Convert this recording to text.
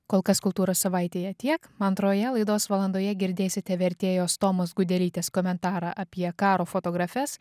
kol kas kultūros savaitėje tiek antroje laidos valandoje girdėsite vertėjos tomos gudelytės komentarą apie karo fotografes